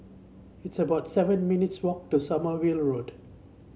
it's about seven minutes' walk to Sommerville Road